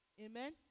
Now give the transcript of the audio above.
Amen